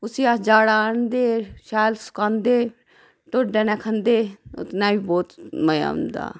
उसी अस जाड़ै दा आह्नदे शैल सकांदे ढोड्डे नै खंदे ओह्दे नै बी बहुत मजा औंदा